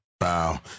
wow